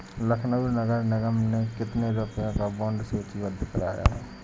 लखनऊ नगर निगम ने कितने रुपए का बॉन्ड सूचीबद्ध कराया है?